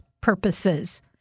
purposes